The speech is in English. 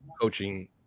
coaching